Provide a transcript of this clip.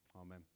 Amen